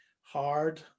hard